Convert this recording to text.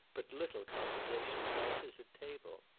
but little conversation passes at table.